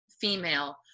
female